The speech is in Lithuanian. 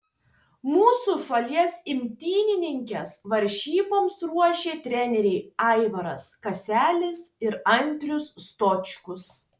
mūsų šalies imtynininkes varžyboms ruošė treneriai aivaras kaselis ir andrius stočkus